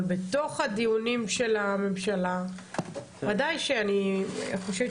אבל בתוך הדיונים של הממשלה ודאי שאני חושבת